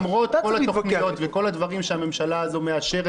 למרות כל התוכניות וכל הדברים שהממשלה הזו מאשרת